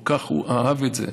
הוא כל כך אהב את זה.